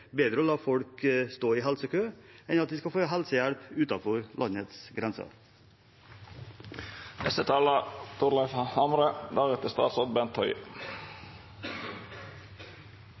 bedre å la folk stå i helsekø enn at de skal få helsehjelp utenfor landets